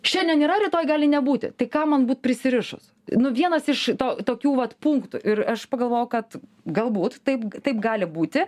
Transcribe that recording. šiandien yra rytoj gali nebūti tai kam man būt prisirišus nu vienas iš to tokių vat punktų ir aš pagalvojau kad galbūt taip taip gali būti